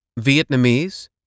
Vietnamese